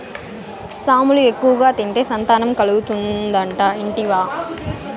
సామలు ఎక్కువగా తింటే సంతానం కలుగుతాదట ఇంటివా